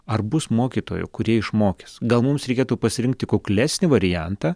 ar bus mokytojų kurie išmokys gal mums reikėtų pasirinkti kuklesnį variantą